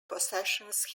possessions